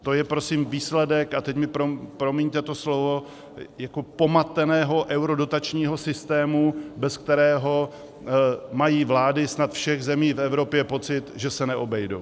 To je prosím výsledek, a teď mi promiňte to slovo, pomateného eurodotačního systému, bez kterého mají vlády snad všech zemí v Evropě pocit, že se neobejdou.